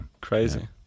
Crazy